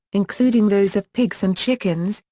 including those of pigs and chickens,